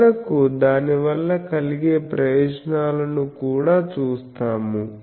చివరకు దాని వల్ల కలిగే ప్రయోజనాలను కూడా చూస్తాము